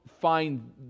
find